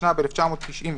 הץשנ"ב-1992